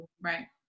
right